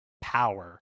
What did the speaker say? power